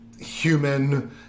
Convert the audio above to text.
human